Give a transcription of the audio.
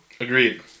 Agreed